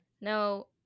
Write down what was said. No